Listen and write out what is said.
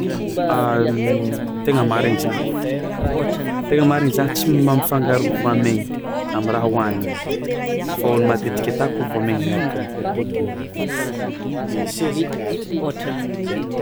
Tegna marigny za tegna marigny za tsy mampifangaro voamainy am'raha hohanigny fao ny matetiky atako voamainy miaraka am'coco de aharoko vary, zay fao.